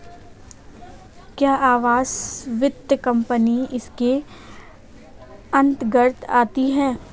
क्या आवास वित्त कंपनी इसके अन्तर्गत आती है?